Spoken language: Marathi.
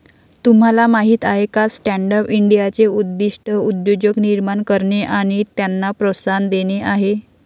तुम्हाला माहीत आहे का स्टँडअप इंडियाचे उद्दिष्ट उद्योजक निर्माण करणे आणि त्यांना प्रोत्साहन देणे आहे